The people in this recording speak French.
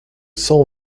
cent